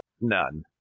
None